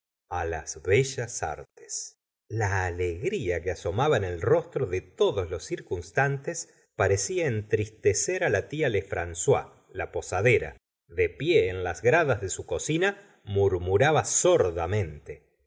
las bellas artes la alegría que asomaba en el rostro de todos los circunstantes parecía entristecer la tía lefrangois la posadera de pie en las gradas de su cocina murmuraba